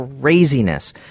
craziness